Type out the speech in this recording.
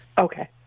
Okay